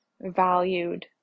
valued